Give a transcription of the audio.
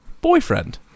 boyfriend